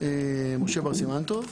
משה בר סימן-טוב,